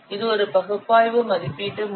இது ஒரு பகுப்பாய்வு மதிப்பீட்டு முறை